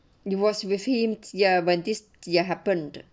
it was with him ya when this year happened